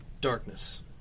darkness